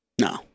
No